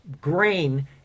grain